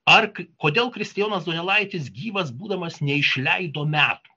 ar kodėl kristijonas donelaitis gyvas būdamas neišleido metų